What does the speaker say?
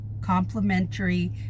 complimentary